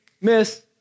miss